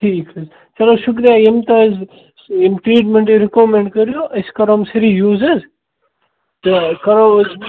ٹھیٖک حظ چلو شُکریہ یِم تۅہہِ حظ یِم ٹرٛیٖٹمٮ۪نٛٹ رِکَمنٛڈ کٔرِو أسۍ کرو ییٚمہِ پھِرِ یوٗز حظ تہٕ کرو أسۍ